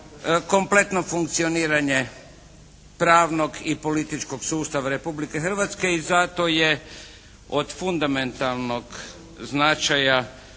kompletno funkcioniranje pravnog i političkog sustava Republike Hrvatske i zato je od fundamentalnog značaja